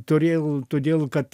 turėjo todėl kad